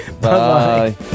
bye